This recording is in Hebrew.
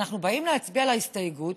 ואנחנו באים להצביע על ההסתייגות,